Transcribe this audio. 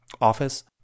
office